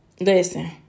Listen